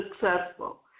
successful